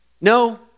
No